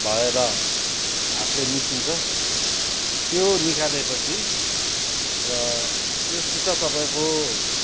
भएर हातले मिचिन्छ त्यो निकाल्योपछि र त्योसित तपाईँको